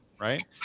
Right